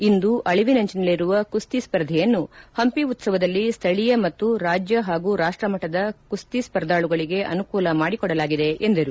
ಇಂದು ಅಳಿವಿನಂಚಿನಲ್ಲಿರುವ ಕುಸ್ತಿ ಸ್ಪರ್ಧೆಯನ್ನು ಪಂಪಿ ಉತ್ಸವದಲ್ಲಿ ಸ್ಟಳೀಯ ಮತ್ತು ರಾಜ್ಯ ಪಾಗೂ ರಾಷ್ಟಮಟ್ಟದ ಕುಸ್ತಿ ಸ್ಪರ್ಧಾಳುಗಳಿಗೆ ಅನುಕೂಲ ಮಾಡಿಕೊಡಲಾಗಿದೆ ಎಂದರು